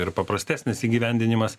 ir paprastesnis įgyvendinimas